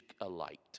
alight